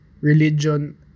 religion